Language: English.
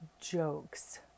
jokes